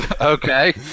Okay